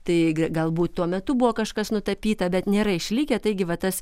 taigi galbūt tuo metu buvo kažkas nutapyta bet nėra išlikę taigi va tas